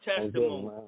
testimony